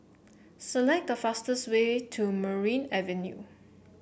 select the fastest way to Merryn Avenue